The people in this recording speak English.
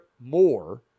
more